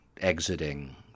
exiting